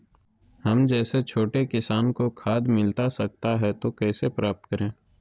हम जैसे छोटे किसान को खाद मिलता सकता है तो कैसे प्राप्त करें?